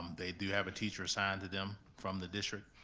um they do have a teacher assigned to them from the district,